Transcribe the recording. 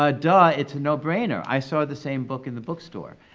ah duh, it's a no-brainer. i saw the same book in the bookstore.